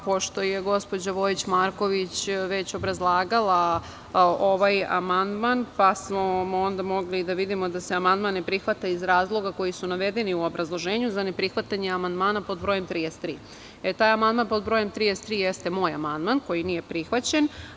Pošto je gospođa Vojić Marković već obrazlagala ovaj amandman, pa smo onda mogli da vidimo da se amandman ne prihvata iz razloga koji su navedeni u obrazloženju za neprihvatanje amandmana pod brojem 33, taj amandman pod brojem 33 jeste moj amandman, koji nije prihvaćen.